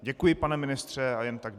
Děkuji, pane ministře, a jen tak dále.